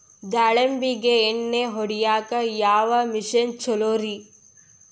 ದಾಳಿಂಬಿಗೆ ಎಣ್ಣಿ ಹೊಡಿಯಾಕ ಯಾವ ಮಿಷನ್ ಛಲೋರಿ?